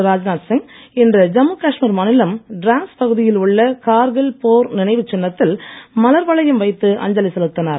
ராஜ்நாத் சிங் இன்று ஜம்மு காஷ்மீர் மாநிலம் டிராஸ் பகுதியில் உள்ள கார்கில் போர் நினைவு சின்னத்தில் மலர் வளையம் வைத்து அஞ்சலி செலுத்தினார்